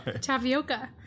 tapioca